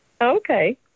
okay